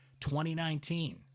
2019